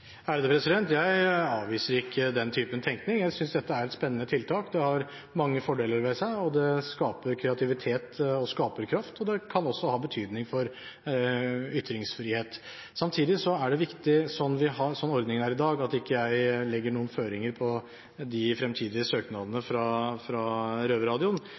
Jeg avviser ikke den typen tenkning. Jeg synes dette er et spennende tiltak. Det har mange fordeler ved seg, og det skaper kreativitet og gir skaperkraft og kan også ha betydning for ytringsfriheten. Samtidig er det viktig, sånn ordningen er i dag, at jeg ikke legger noen føringer på de fremtidige søknadene fra